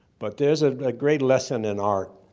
but there is a great lesson in art.